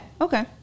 okay